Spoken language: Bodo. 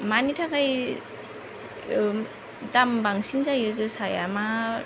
मानि थाखाय दाम बांसिन जायो जोसाया मा